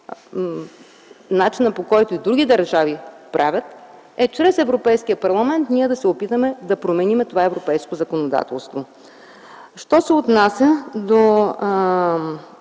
начин, по който и други държави го правят - чрез Европейския парламент да се опитаме да променим това европейско законодателство. Що се отнася до